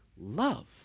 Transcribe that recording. Love